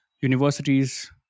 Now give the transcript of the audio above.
universities